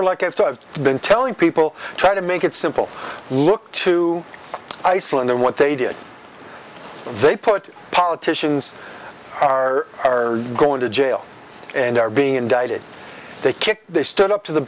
for like i've been telling people try to make it simple look to iceland and what they did they put politicians are are going to jail and are being indicted they kicked they stood up to the